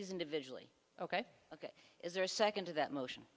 these individually ok ok is there a second to that motion